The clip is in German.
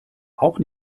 auch